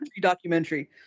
documentary